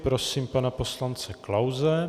Prosím pana poslance Klause.